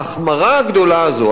ההחמרה הגדולה הזו,